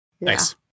nice